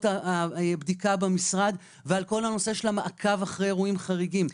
הבדיקה במשרד ועל כל הנושא של המעקב אחרי אירועים חריגים.